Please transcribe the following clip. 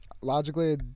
Logically